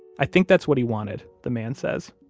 i think that's what he wanted, the man says.